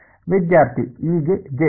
ವಿದ್ಯಾರ್ಥಿ ಇ ಗೆ ಜೆ